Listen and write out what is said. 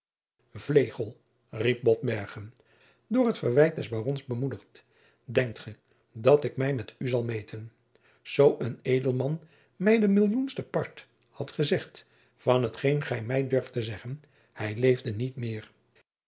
vlegel riep botbergen door het verwijt des barons bemoedigd denkt ge dat ik mij met u zal meten zoo een edelman mij de millioenste part had gezegd van t geen gij mij durft te zeggen hij leefde niet meer